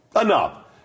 Enough